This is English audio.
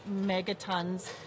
megatons